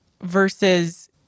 versus